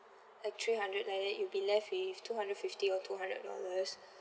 like three hundred like that you'll be left with two hundred fifty or two hundred dollars